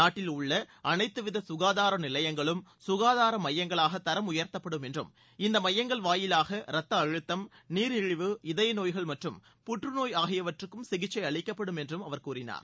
நாட்டில் உள்ள அனைத்து வித சுகாதார நிலையங்களும் சுகாதார மையங்களாக தரம் உயர்த்தப்படும் என்றும் இந்த ஸ்மயங்கள் வாயிலாக ரத்த அழுத்தம் நீரிழிவு இதய நோய்கள் மற்றம் புற்றநோய் ஆகியவற்றுக்கும் சிகிச்சை அளிக்கப்படும் என்றும் அவர் கூறினார்